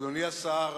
אדוני השר,